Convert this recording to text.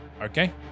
Okay